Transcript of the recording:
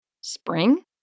Spring